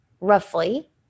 roughly